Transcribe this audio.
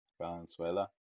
Valenzuela